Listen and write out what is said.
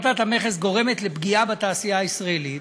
הפחתת המכס גורמת לפגיעה בתעשייה הישראלית.